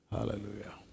Hallelujah